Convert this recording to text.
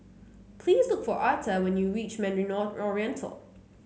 please look for Arta when you reach Mandarin Oriental